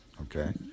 okay